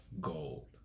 gold